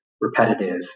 repetitive